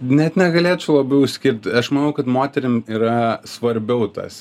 net negalėčiau labiau išskirt aš manau kad moterim yra svarbiau tas